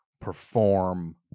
perform